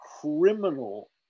criminal